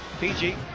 PG